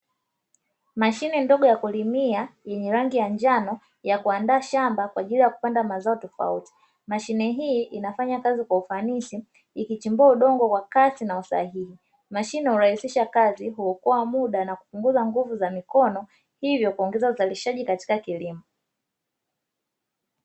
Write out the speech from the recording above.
Mashine ndogo ya kulimia yenye rangi ya njano ya kuandaa shamba kwa ajili ya kupanda mazao tofauti. Mashine hii inafanya kazi kwa ufanisi ikichimbua udongo kwa kasi na usahihi. Mashine hurahisisha kazi huokoa muda na kupunguza nguvu za mikono hivyo kuongeza uzalishaji katika kilimo.